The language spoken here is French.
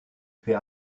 fait